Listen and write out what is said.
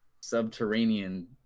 subterranean